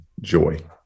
joy